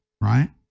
right